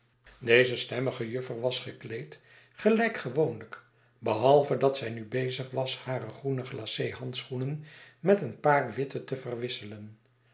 deze stemmige juffer was gekleed gelijk gewoonlijk behalve dat zij nu bezig was hare groene glace handschoenen met een paar witte teverwisselen